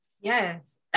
Yes